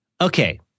Okay